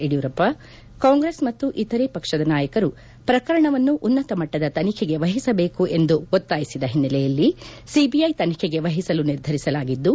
ಯಡಿಯೂರಪ್ಪ ಕಾಂಗ್ರೆಸ್ ಮತ್ತು ಇತರೆ ಪಕ್ಷದ ನಾಯಕರು ಶ್ರಕರಣವನ್ನು ಉನ್ನತಮಟ್ಟದ ತನಿಖೆಗೆ ವಹಿಸಬೇಕು ಎಂದು ಒತ್ತಾಯಿಸಿದ ಹಿನ್ನೆಲೆಯಲ್ಲಿ ಸಿಬಿಐ ತನಿಖೆಗೆ ವಹಿಸಲು ನಿರ್ಧರಿಸಲಾಗಿದ್ದು